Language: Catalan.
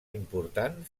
important